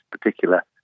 particular